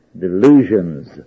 delusions